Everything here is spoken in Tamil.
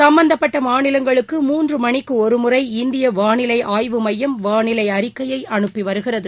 சும்பந்தப்பட்டமாநிலங்களுக்கு மூன்றுமணிக்குஒருமுறை இந்தியவானிலைஆய்வு எமயம் வானிலைஅறிக்கையைஅனுப்பிவருகிறது